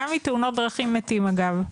גם מתאונות דרכים מתים אגב,